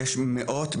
יש מאות,